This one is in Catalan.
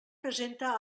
presenta